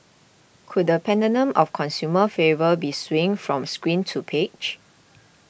could the pendulum of consumer favour be swinging from screen to page